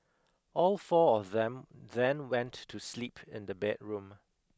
all four of them then went to sleep in the bedroom